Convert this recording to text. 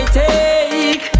take